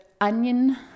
onion